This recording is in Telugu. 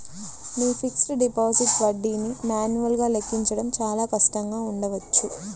మీ ఫిక్స్డ్ డిపాజిట్ వడ్డీని మాన్యువల్గా లెక్కించడం చాలా కష్టంగా ఉండవచ్చు